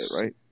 right